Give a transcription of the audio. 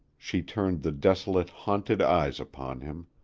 she turned the desolate, haunted eyes upon him.